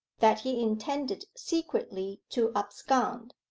that he intended secretly to abscond.